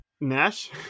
Nash